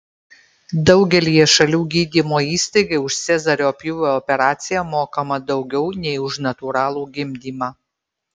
daugelyje šalių gydymo įstaigai už cezario pjūvio operaciją mokama daugiau nei už natūralų gimdymą